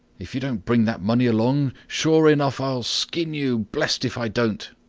if you don't bring that money along, sure enough i'll skin you, blessed if i don't.